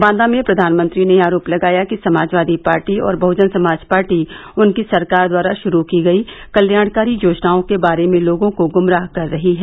बांदा में प्रधानमंत्री ने आरोप लगाया कि समाजवादी पार्टी और बहजन समाज पार्टी उनकी सरकार द्वारा शुरू की गई कल्याणकारी योजनाओं के बारे में लोगों को गुमराह कर रही हैं